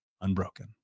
unbroken